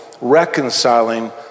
reconciling